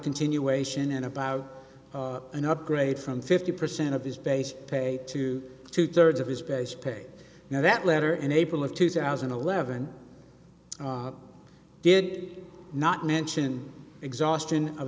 continuation and about an upgrade from fifty percent of his base pay to two thirds of his base pay now that letter in april of two thousand and eleven did not mention exhaustion of